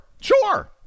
Sure